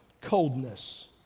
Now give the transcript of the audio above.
coldness